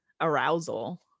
arousal